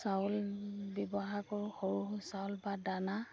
চাউল ব্যৱহাৰ কৰোঁ সৰু সৰু চাউল বা দানা